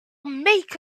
make